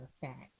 fact